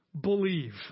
believe